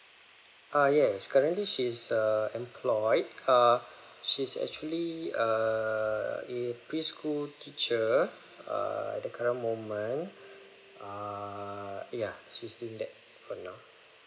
ah yes currently she's a employed err she's actually a a preschool teacher err at the current moment ah ya she's doing that for now